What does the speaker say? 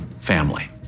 family